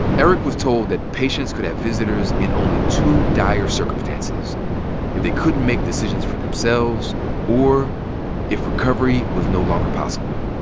eric was told that patients could have visitors in only two dire circumstances if they couldn't make decisions for themselves or if recovery was no longer possible.